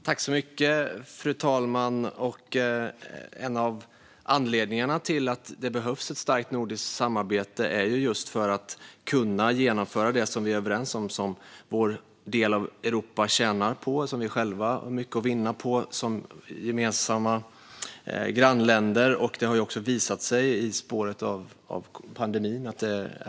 Fru talman! En av anledningarna till att det behövs ett starkt nordiskt samarbete är just att vi ska kunna genomföra det som vi är överens om. Det är något som vår del av Europa tjänar på och som vi själva som grannländer har mycket att vinna på. Det har också visat sig i spåren av pandemin.